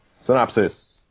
Synopsis